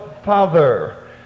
father